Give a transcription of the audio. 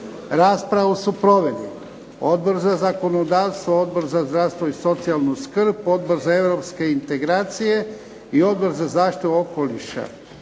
Raspravu su proveli Odbor za zakonodavstvo, Odbor za zdravstvo i socijalnu skrb, Odbor za europske integracije i Odbor za zaštitu okoliša.